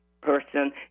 person